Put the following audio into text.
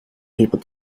people